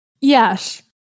Yes